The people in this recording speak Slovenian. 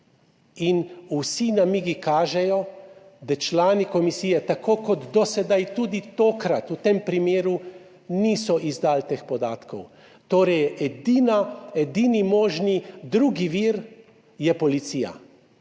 In vsi namigi kažejo, da člani komisije tako kot do sedaj, tudi tokrat, v tem primeru, niso izdali teh podatkov. Torej edini možni drugi vir je policija.